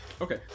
Okay